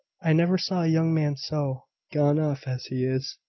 i never saw a young man so gone off as he is.